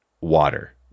water